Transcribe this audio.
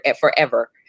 forever